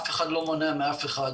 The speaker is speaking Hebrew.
אף אחד לא מונע מאף אחד.